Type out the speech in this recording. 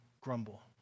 grumble